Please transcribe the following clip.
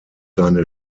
seine